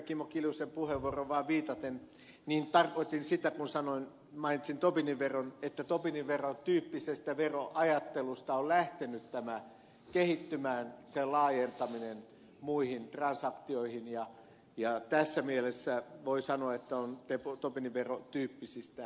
kimmo kiljusen puheenvuoroon vaan viitaten tarkoitin sitä kun mainitsin tobinin veron että tobinin veron tyyppisestä veroajattelusta on lähtenyt tämä kehittymään sen laajentaminen muihin transaktioihin ja tässä mielessä voi sanoa että on tobinin veron tyyppisistä veromalleista kysymys